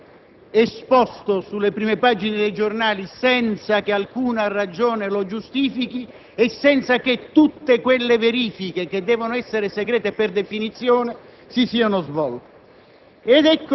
È un tema antico sul quale ci confrontiamo da tempo.